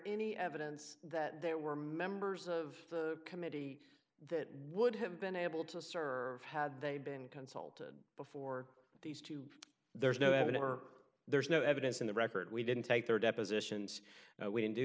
any evidence that there were members of the committee that would have been able to serve had they been consulted before these two there's no evidence or there's no evidence in the record we didn't take their depositions we didn't do